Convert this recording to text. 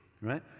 Right